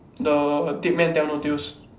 the dead men tell no tales